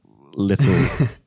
little